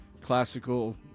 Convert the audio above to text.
classical